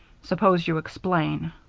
suppose you explain.